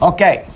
Okay